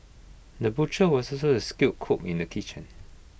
the butcher was also A skilled cook in the kitchen